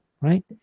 right